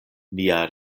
nia